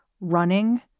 running